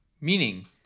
meaning